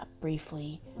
briefly